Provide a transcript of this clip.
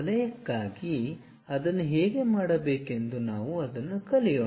ವಲಯಕ್ಕಾಗಿ ಅದನ್ನು ಹೇಗೆ ಮಾಡಬೇಕೆಂದು ನಾವು ಅದನ್ನು ಕಲಿಯೋಣ